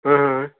ಹಾಂ ಹಾಂ